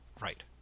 Right